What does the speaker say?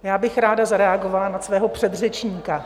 Já bych ráda zareagovala na svého předřečníka.